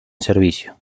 servicio